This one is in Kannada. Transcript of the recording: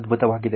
ಅದ್ಭುತವಾಗಿದೆ